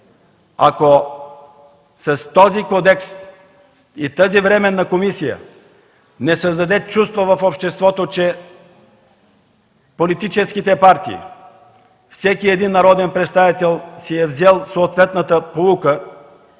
ако с този кодекс и тази временна комисия не създадем чувство в обществото, че политическите партии и всеки народен представител си е взел съответната поука,